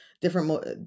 different